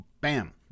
bam